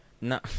no